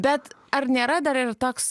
bet ar nėra dar ir toks